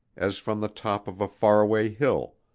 as from the top of a far-away hill,